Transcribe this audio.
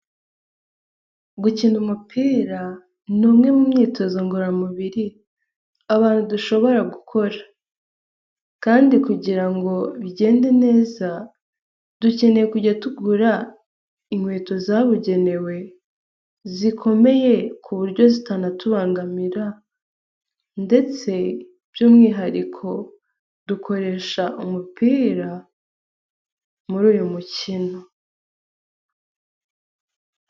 Gukina umupira ni umwe mu myitozo ngororamubiri abantu dushobora gukora, kandi kugira ngo bigende neza dukeneye kujya tugura inkweto zabugenewe zikomeye ku buryo zitanatubangamira ndetse by'umwihariko dukoresha umupira muri uyu mukino.